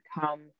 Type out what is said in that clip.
come